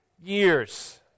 years